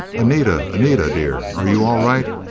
anita! anita, dear, are you all right?